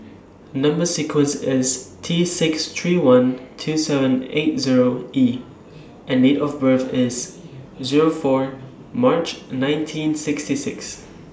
Number sequence IS T six three one two seven eight Zero E and Date of birth IS Zero four March nineteen sixty six